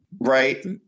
right